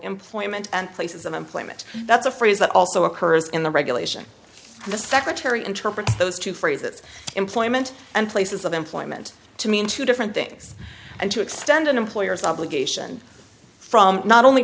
employment and places of employment that's a phrase that also occurs in the regulation of the secretary interpret those two phrases employment and places of employment to mean two different things and to extend an employer's obligation from not only